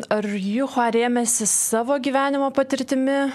ar jihua rėmėsi savo gyvenimo patirtimi